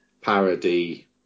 parody